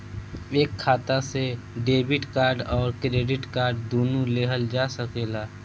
एक खाता से डेबिट कार्ड और क्रेडिट कार्ड दुनु लेहल जा सकेला?